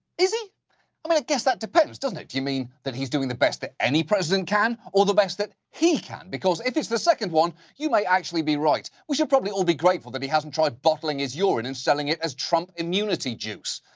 is he? i mean, i guess that depends, doesn't it? do you mean that he's doing the best that any president can or the best that he can? because if it's the second one, you may actually be right. we should probably all be grateful that he hasn't tried bottling his urine and selling it as trump immunity juice.